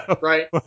Right